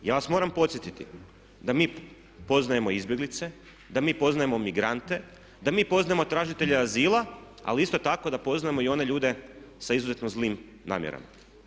Ja vas moram podsjetiti da mi poznajemo izbjeglice, da mi poznajemo migrante, da mi poznajemo tražitelje azila ali isto tako da poznajemo i one ljude sa izuzetno zlim namjerama.